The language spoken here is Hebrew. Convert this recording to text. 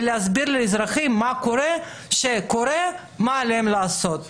ולהסביר לאזרחים מה עליהם לעשות במקרה הזה,